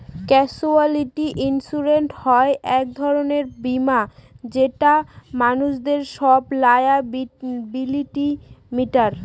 casualty insurance হয় এক ধরনের বীমা যেটা মানুষদের সব লায়াবিলিটি মিটায়